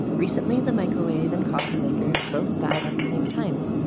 recently, the microwave and coffee maker both died at the same time.